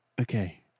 okay